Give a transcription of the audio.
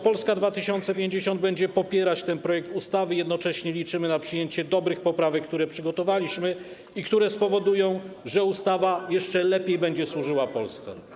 Polska 2050 będzie popierać ten projekt ustawy i jednocześnie liczymy na przyjęcie dobrych poprawek, które przygotowaliśmy i które spowodują, że ustawa jeszcze lepiej będzie służyła Polsce.